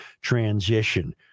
transition